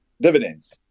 dividends